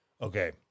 Okay